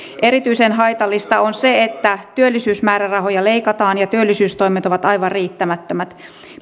erityisen haitallista on se että työllisyysmäärärahoja leikataan ja työllisyystoimet ovat aivan riittämättömät